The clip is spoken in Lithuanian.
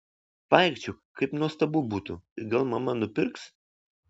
paaikčiok kaip nuostabu būtų ir gal mama nupirks